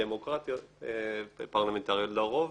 בדמוקרטיות פרלמנטריות לרוב